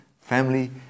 Family